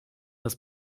das